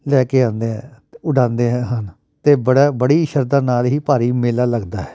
ਲੈ ਕੇ ਆਉਂਦੇ ਆ ਉਡਾਉਂਦੇ ਆ ਹਨ ਅਤੇ ਬੜੇ ਬੜੀ ਸ਼ਰਧਾ ਨਾਲ ਹੀ ਭਾਰੀ ਮੇਲਾ ਲੱਗਦਾ ਹੈ